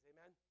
Amen